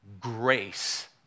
Grace